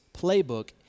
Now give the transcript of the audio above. playbook